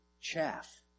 chaff